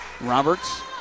Roberts